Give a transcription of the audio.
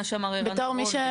מה שאמר ערן דורון,